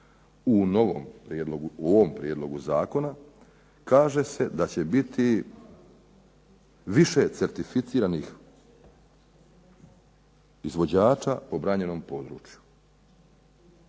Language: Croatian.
u ovom prijedlogu zakona, kaže se da će biti više certificiranih izvođača u branjenom području.